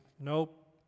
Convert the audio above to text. nope